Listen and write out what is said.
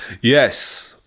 Yes